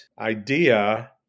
idea